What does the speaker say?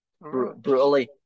brutally